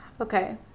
Okay